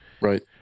Right